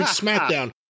SmackDown